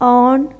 on